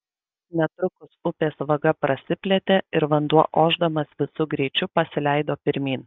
netrukus upės vaga prasiplėtė ir vanduo ošdamas visu greičiu pasileido pirmyn